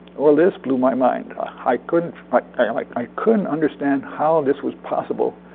well, this blew my mind. i couldn't i mean like i couldn't understand how this was possible,